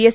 S